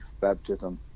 baptism